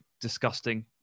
Disgusting